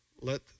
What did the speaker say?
let